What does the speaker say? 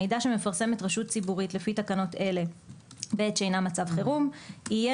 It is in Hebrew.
מידע שמפרסמת רשות ציבורית לפי תקנות אלה בעת שאינה מצב חירום יהיה